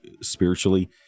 spiritually